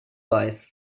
weiß